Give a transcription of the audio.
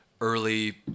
early